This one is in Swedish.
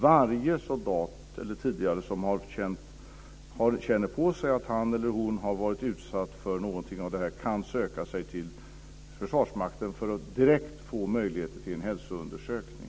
Varje soldat som känner på sig att han eller hon har varit utsatt för någonting av detta kan söka sig till Försvarsmakten för att direkt få möjligheter till en hälsoundersökning.